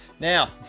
Now